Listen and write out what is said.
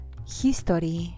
history